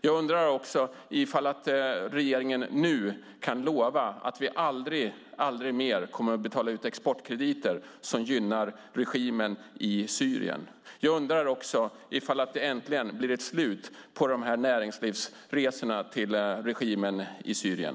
Jag undrar också om regeringen nu kan lova att vi aldrig mer kommer att betala ut exportkrediter som gynnar regimen i Syrien. Jag undrar också om det nu äntligen blir ett slut på näringslivsresorna till regimen i Syrien.